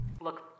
Look